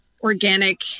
organic